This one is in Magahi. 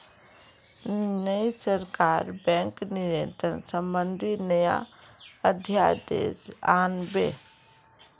नई सरकार बैंक नियंत्रण संबंधी नया अध्यादेश आन बे